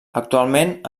actualment